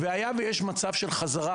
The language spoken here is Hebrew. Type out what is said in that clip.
היה ויש מצב של חזרה